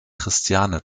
christiane